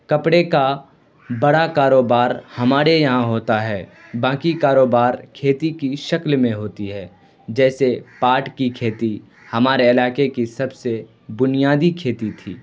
کپڑے کا بڑا کاروبار ہمارے یہاں ہوتا ہے باقی کاروبار کھیتی کی شکل میں ہوتی ہے جیسے پاٹ کی کھیتی ہمارے علاقے کی سب سے بنیادی کھیتی تھی